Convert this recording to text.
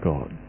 God